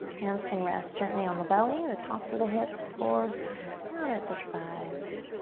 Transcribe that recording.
hands can rest gently on the belly, the tops of the hips, or out at the sides.